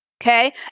Okay